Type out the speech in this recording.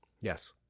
Yes